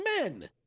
men